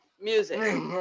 music